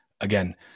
again